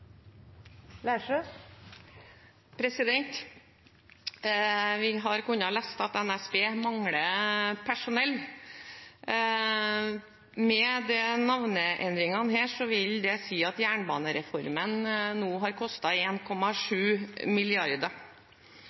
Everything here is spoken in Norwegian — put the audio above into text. lest at NSB mangler personell. Med denne navneendringen vil det si at jernbanereformen nå har